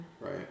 right